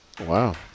Wow